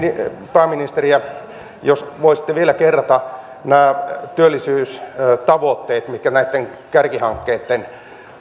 pääministeriä jos voisitte vielä kerrata nämä työllisyystavoitteet mitkä näitten kärkihankkeitten